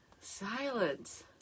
Silence